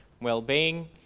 well-being